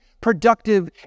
productive